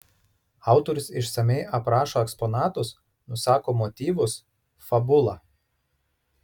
autorius išsamiai aprašo eksponatus nusako motyvus fabulą